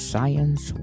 Science